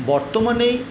বর্তমানে